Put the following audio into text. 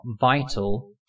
vital